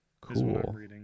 Cool